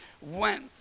went